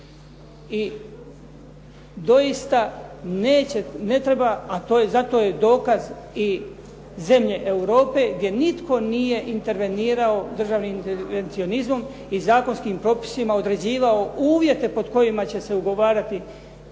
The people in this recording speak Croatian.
I doista, ne treba, a zato je i dokaz i zemlje Europe gdje nitko nije intervenirao državnim intervencionizmom i zakonskim propisima određivao uvjete pod kojima će se ugovarati